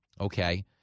Okay